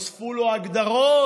נוספו לו הגדרות,